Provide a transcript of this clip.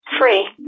Free